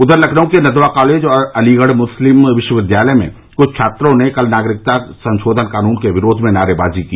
उधर लखनऊ के नदवा कॉलेज और अलीगढ़ मुस्लिम विश्वविद्यालय में कुछ छात्रों ने कल नागरिकता संशोधन कानून के विरोध में नारेबाजी की